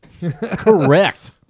Correct